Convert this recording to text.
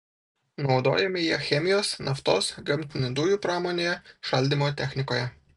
naudojami jie chemijos naftos gamtinių dujų pramonėje šaldymo technikoje